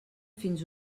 fins